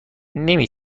نمی